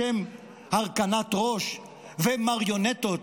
בשם הרכנת ראש ומריונטות,